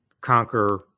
conquer